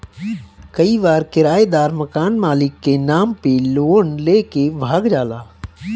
कई बार किरायदार मकान मालिक के नाम पे लोन लेके भाग जाला